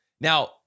Now